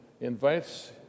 invites